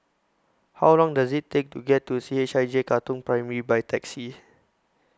How Long Does IT Take to get to C H I J Katong Primary By Taxi